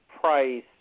Price